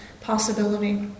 possibility